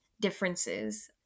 differences